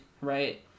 right